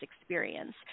experience